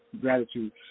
gratitude